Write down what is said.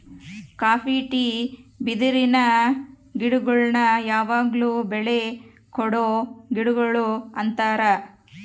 copy tea ಬಿದಿರಿನ ಗಿಡಗುಳ್ನ ಯಾವಗ್ಲು ಬೆಳೆ ಕೊಡೊ ಗಿಡಗುಳು ಅಂತಾರ